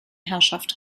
herrschaft